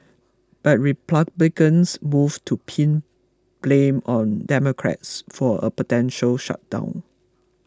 but Republicans moved to pin blame on Democrats for a potential shutdown